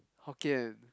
hokkien